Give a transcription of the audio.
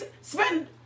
spend